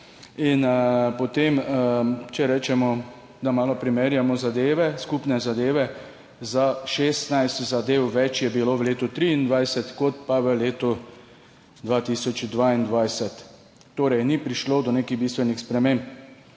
430. Če rečemo, da malo primerjamo zadeve, skupne zadeve, za 16 zadev več je bilo v letu 2023 kot pa v letu 2022. Torej ni prišlo do nekih bistvenih sprememb.